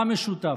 מה משותף?